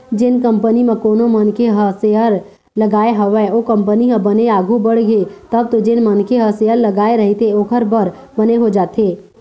जेन कंपनी म कोनो मनखे ह सेयर लगाय हवय ओ कंपनी ह बने आघु बड़गे तब तो जेन मनखे ह शेयर लगाय रहिथे ओखर बर बने हो जाथे